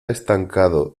estancado